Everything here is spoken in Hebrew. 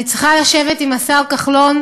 אני צריכה לשבת עם השר כחלון,